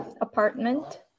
apartment